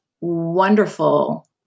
wonderful